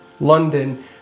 London